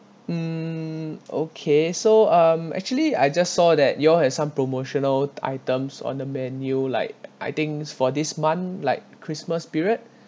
hmm okay so um actually I just saw that you all have some promotional items on the menu like I think is for this month like christmas period